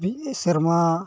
ᱢᱤᱫ ᱥᱮᱨᱢᱟ